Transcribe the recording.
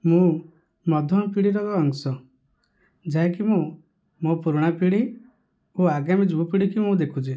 ମୁଁ ମଧ୍ୟମ ପିଢ଼ିର ଅଂଶ ଯାହାକି ମୁଁ ମୋ ପୁରୁଣା ପିଢ଼ି ଓ ଆଗାମୀ ଯୁବ ପିଢ଼ିକି ମୁଁ ଦେଖୁଛି